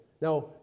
Now